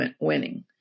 winning